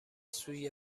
سوی